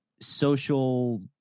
social